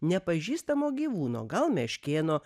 nepažįstamo gyvūno gal meškėno